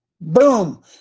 Boom